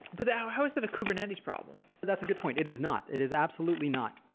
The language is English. but how how is that a kubernetes problem? that's a good point. it is not. it is absolutely not.